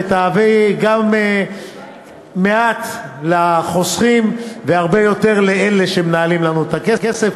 ותביא מעט לחוסכים והרבה יותר לאלה שמנהלים לנו את הכסף.